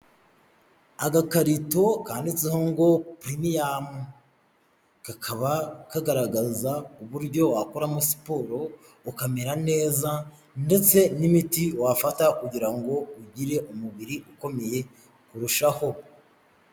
Agakarito kanditseho ngo purimiyamu, kakaba kagaragaza uburyo wakoramo siporo, ukamera neza ndetse, n'imiti wafata kugira ngo ugire umubiri ukomeye kurushaho.